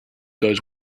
goes